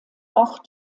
ort